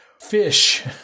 fish